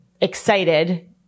excited